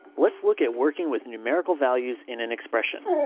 let's look at working with numerical values in an expression.